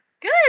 Good